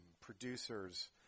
producers